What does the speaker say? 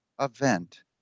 event